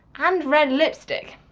and red lipstick.